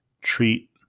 treat